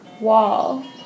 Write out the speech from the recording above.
wall